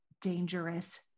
dangerous